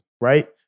right